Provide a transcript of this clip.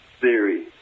theory